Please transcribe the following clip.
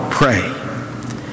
Pray